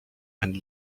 and